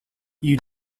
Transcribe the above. you